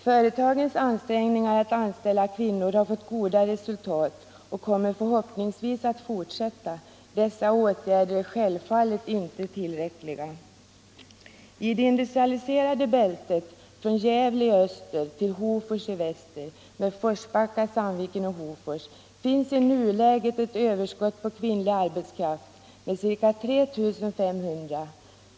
Företagens ansträngningar att anställa kvinnor har nått — angående den goda resultat och kommer förhoppningsvis att fortsätta. Dessa åtgärder — framtida energiförär självfallet helt otillräckliga. Sörjningen I det industrialiserade bältet, från Gävle i öster till Hofors i väster med bruksorterna Forsbacka, Sandviken och Hofors, finns i nuläget ett överskott av kvinnlig arbetskraft på ca 3 500 personer.